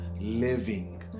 living